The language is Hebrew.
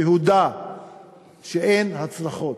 והודה שאין הצלחות.